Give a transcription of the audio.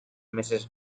mrs